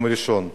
יום ראשון,